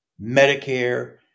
Medicare